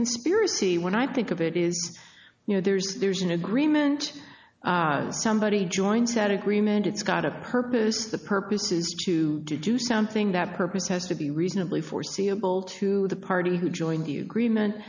conspiracy when i think of it is you know there's there's an agreement somebody joins that agreement it's got a purpose the purpose is to do something that purpose has to be reasonably foreseeable to the party who joined the agreement